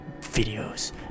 videos